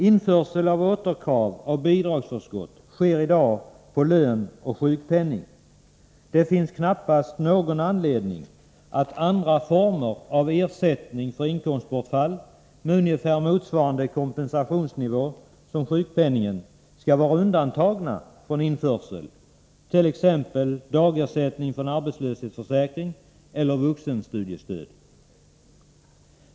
Införsel av krav på återbetalning av bidragsförskott sker i dag på lön och sjukpenning. Det finns knappast någon anledning att andra former av ersättning för inkomstbortfall med ungefär motsvarande kompensationsnivå som i fråga om sjukpenningen skall vara undantagna från införsel, t.ex. dagersättning från arbetslöshetsförsäkring eller vuxenstudiebidrag.